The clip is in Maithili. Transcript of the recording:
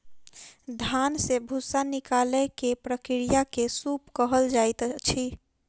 धान से भूस्सा निकालै के प्रक्रिया के सूप कहल जाइत अछि